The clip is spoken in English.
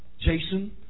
Jason